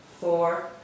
four